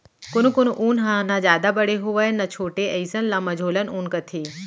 कोनो कोनो ऊन ह न जादा बड़े होवय न छोटे अइसन ल मझोलन ऊन कथें